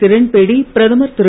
கிரண்பேடி பிரதமர் திரு